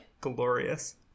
glorious